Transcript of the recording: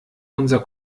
unser